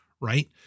Right